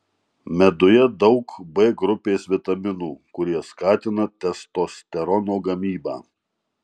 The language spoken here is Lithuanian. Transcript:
meduje daug b grupės vitaminų kurie skatina testosterono gamybą